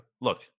look